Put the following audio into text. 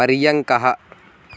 पर्यङ्कः